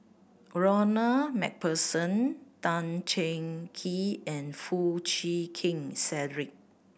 Ronald Macpherson Tan Cheng Kee and Foo Chee Keng Cedric